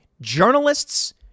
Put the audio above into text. journalists